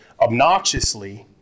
obnoxiously